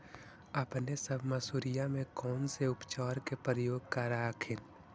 अपने सब मसुरिया मे कौन से उपचार के प्रयोग कर हखिन?